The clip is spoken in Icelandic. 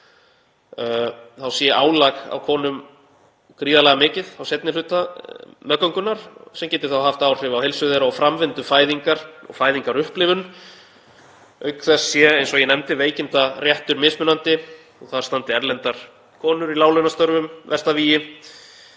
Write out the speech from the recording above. sé álag á konum gríðarlega mikið á seinni hluta meðgöngunnar sem geti þá haft áhrif á heilsu þeirra og framvindu fæðingar og fæðingarupplifun. Auk þess sé, eins og ég nefndi, veikindaréttur mismunandi og þar standi erlendar konur í láglaunastörfum verst að vígi.